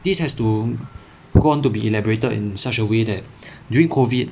this has to go on to be elaborated in such a way that during COVID